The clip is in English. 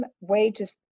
wages